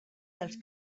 dels